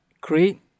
create